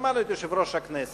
שמענו את יושב-ראש הכנסת,